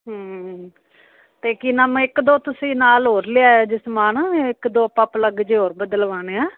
ਹਮ ਅਤੇ ਕੀ ਨਾਮ ਇੱਕ ਦੋ ਤੁਸੀਂ ਨਾਲ ਹੋਰ ਲਿਆਇਓ ਜੇ ਸਮਾਨ ਇੱਕ ਦੋ ਆਪਾਂ ਪਲੱਗ ਜਿਹੇ ਹੋਰ ਬਦਲਵਾਣੇ ਹੈ